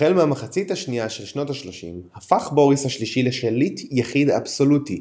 החל מהמחצית השנייה של שנות ה-30 הפך בוריס השלישי לשליט יחיד אבסולוטי,